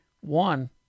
one